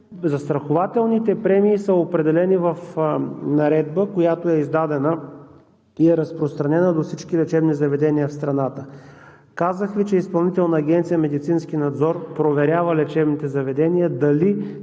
Застрахователните премии са определени в Наредба, която е издадена и е разпространена до всички лечебни заведения в страната. Казах Ви, че Изпълнителна агенция „Медицински надзор“ проверява лечебните заведения дали